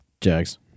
Jags